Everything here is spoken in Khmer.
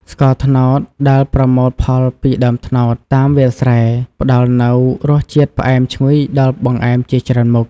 ស្ករត្នោត ដែលប្រមូលផលពីដើមត្នោតតាមវាលស្រែ ផ្តល់នូវរសជាតិផ្អែមឈ្ងុយដល់បង្អែមជាច្រើនមុខ។